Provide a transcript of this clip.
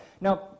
Now